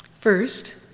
first